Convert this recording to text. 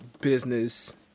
business